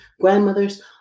grandmothers